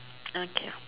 okay